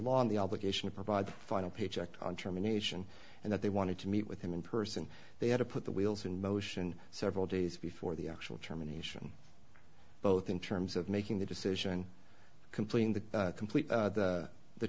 law on the obligation to provide final paycheck on terminations and that they wanted to meet with him in person they had to put the wheels in motion several days before the actual terminations both in terms of making the decision completing the complete the